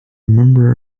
remember